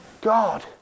God